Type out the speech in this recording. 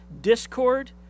discord